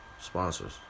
Sponsors